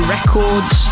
Records